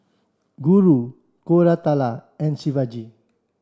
Guru Koratala and Shivaji